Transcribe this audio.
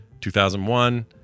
2001